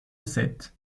sept